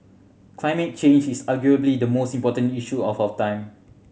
climate change is arguably the most important issue of our time